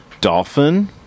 dolphin